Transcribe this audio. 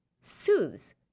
soothes